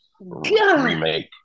remake